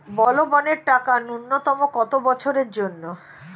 বলবনের টাকা ন্যূনতম কত বছরের জন্য?